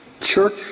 church